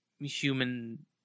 human